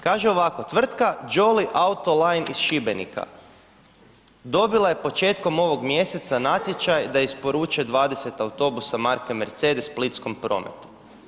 Kaže ovako, tvrtka JOLLY AUTOline iz Šibenika dobila je početkom ovog mjeseca natječaj da isporuče 20 autobusa marke Mercedes splitskom Prometu.